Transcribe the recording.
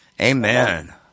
Amen